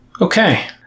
Okay